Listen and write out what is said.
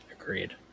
agreed